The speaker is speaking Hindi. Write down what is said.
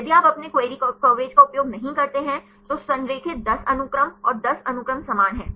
यदि आप अपने क्वेरी कवरेज का उपयोग नहीं करते हैं तो संरेखित 10 अनुक्रम और 10 अनुक्रम समान हैं